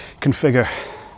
configure